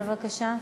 בבקשה.